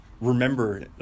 remember